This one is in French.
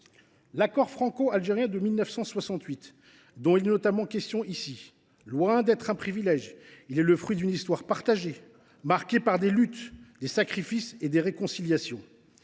L’accord franco algérien de 1968, dont il est notamment question ici, loin d’être un privilège, est le fruit d’une histoire partagée, marquée par des luttes, des sacrifices et des réconciliations.